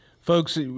Folks